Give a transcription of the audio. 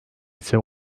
ise